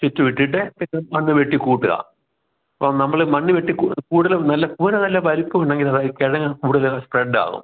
ചുറ്റുമിട്ടിട്ട് മണ്ണ് വെട്ടി കൂട്ടുക അപ്പോൾ നമ്മൾ മണ്ണ് വെട്ടി കൂട്ടി കൂടുതലും നല്ല കൂന നല്ല വലുപ്പം ഉണ്ടെങ്കിൽ ഈ കിഴങ്ങ് കൂടുതൽ സ്പ്രെഡ് ആവും